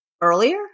Earlier